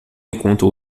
enquanto